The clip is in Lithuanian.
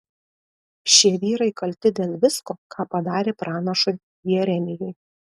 šie vyrai kalti dėl visko ką padarė pranašui jeremijui